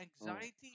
anxiety